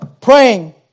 praying